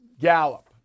Gallup